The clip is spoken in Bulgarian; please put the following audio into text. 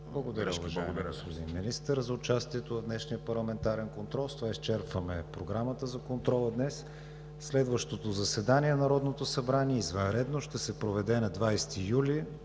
Благодаря, уважаеми господин Министър, за участието в днешния парламентарен контрол. С това изчерпваме Програмата за контрола днес. Следващото заседание на Народното събрание – извънредно, ще се проведе на 20 юли